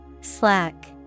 slack